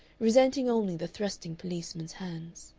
resenting only the thrusting policemen's hands.